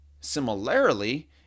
Similarly